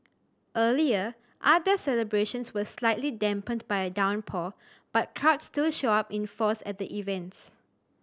earlier outdoor celebrations were slightly dampened by a downpour but crowds still showed up in force at events